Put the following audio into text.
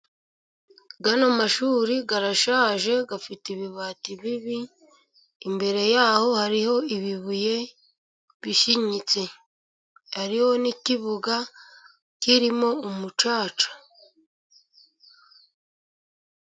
Ano mashuri arashaje, afite ibibati bibi. Imbere yaho hariho ibibuye bishinyitse, hariho n'ikibuga kirimo umucaca.